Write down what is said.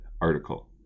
article